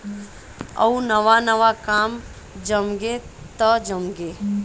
अउ नवा नवा काम जमगे त जमगे